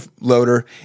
loader